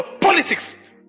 politics